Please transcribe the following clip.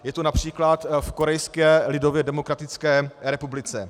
Je to například v Korejské lidově demokratické republice.